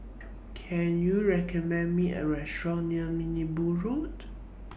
Can YOU recommend Me A Restaurant near Road